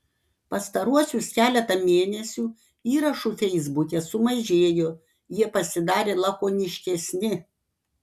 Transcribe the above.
pastaruosius keletą mėnesių įrašų feisbuke sumažėjo jie pasidarė lakoniškesni